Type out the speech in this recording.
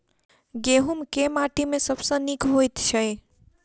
गहूम केँ माटि मे सबसँ नीक होइत छै?